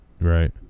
Right